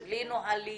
בלי נהלים.